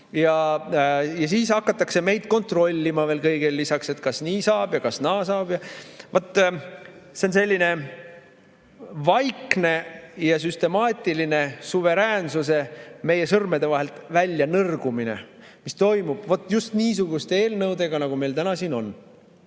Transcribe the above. Ja siis hakatakse meid kõigele lisaks veel kontrollima, et kas nii saab ja kas naa saab. Vaat see on selline vaikne ja süstemaatiline suveräänsuse meie sõrmede vahelt väljanõrgumine, mis toimub just niisuguste eelnõudega, nagu meil täna siin on.